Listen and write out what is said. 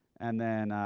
and then,